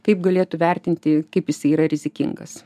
taip galėtų vertinti kaip jisai yra rizikingas